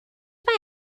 mae